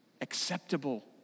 acceptable